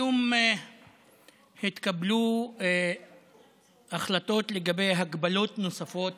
היום התקבלו החלטות לגבי הגבלות נוספות